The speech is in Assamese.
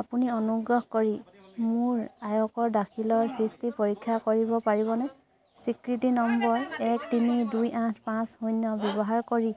আপুনি অনুগ্ৰহ কৰি মোৰ আয়কৰ দাখিলৰ স্থিতি পৰীক্ষা কৰিব পাৰিবনে স্বীকৃতি নম্বৰ এক তিনি দুই আঠ পাঁচ শূন্য ব্যৱহাৰ কৰি